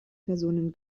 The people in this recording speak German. personen